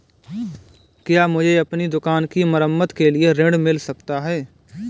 क्या मुझे अपनी दुकान की मरम्मत के लिए ऋण मिल सकता है?